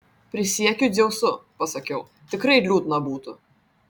prisiekiu dzeusu pasakiau tikrai liūdna būtų